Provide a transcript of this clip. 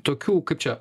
tokių kaip čia